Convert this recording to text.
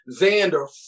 Xander